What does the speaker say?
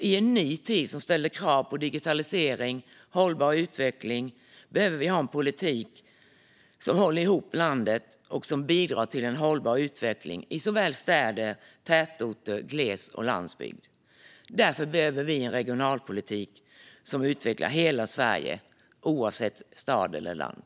I en ny tid som ställer krav på digitalisering och hållbar utveckling behöver vi ha en politik som håller ihop landet och som bidrar till hållbar utveckling i såväl städer och tätorter som gles och landsbygd. Därför behöver vi en regionalpolitik som utvecklar hela Sverige, stad som land.